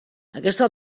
aquesta